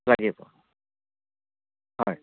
লাগিব হয়